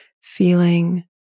feeling